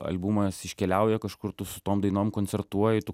albumas iškeliauja kažkur tu su tom dainom koncertuoji tu